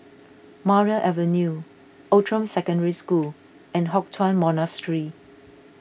Maria Avenue Outram Secondary School and Hock Chuan Monastery